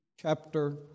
chapter